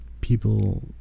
people